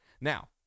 Now